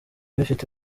bifite